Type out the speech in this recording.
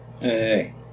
Hey